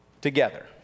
together